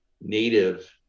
native